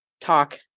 talk